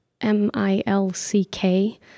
M-I-L-C-K